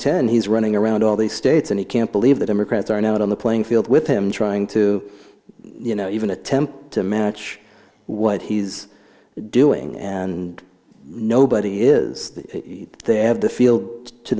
ten he's running around all these states and he can't believe the democrats are now out on the playing field with him trying to you know even attempt to match what he's doing and nobody is they have the field to